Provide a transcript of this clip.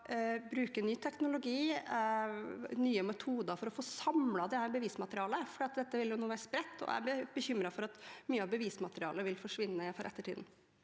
å bruke ny teknologi og nye metoder for å få samlet dette bevismaterialet? Dette vil jo nå være spredt, og jeg blir bekymret for at mye av bevismaterialet vil forsvinne for ettertiden.